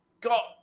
got